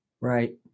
Right